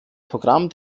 programm